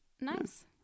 nice